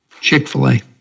Chick-fil-A